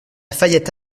fayette